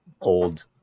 old